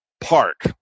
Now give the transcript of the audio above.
park